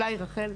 אולי רחל,